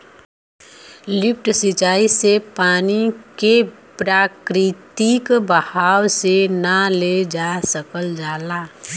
lift सिंचाई से पानी के प्राकृतिक बहाव से ना ले जा सकल जाला